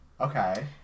Okay